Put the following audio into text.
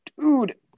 dude